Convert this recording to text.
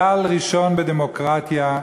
כלל ראשון בדמוקרטיה,